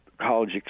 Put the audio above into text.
college